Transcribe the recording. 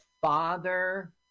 father